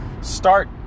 Start